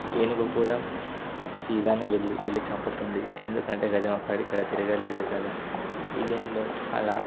ఏనుగు కూడా సీదా వెళ్ళి వెళ్ళి చంపుతుంది ఎందుకంటే గజం అక్కడ ఇక్కడ తిరగలేదు కదా ఈ గేమ్లో చాలా